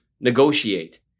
negotiate